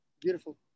Beautiful